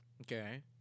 Okay